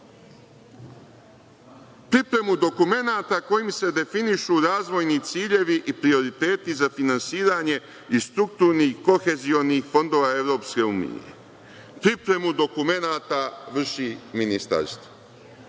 dokumenata kojima se definišu razvojni ciljevi i prioriteti za finansiranje iz strukturnih i kohezionih fondova EU. Pripremu dokumenata vrši ministarstvo?